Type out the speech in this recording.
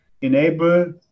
enable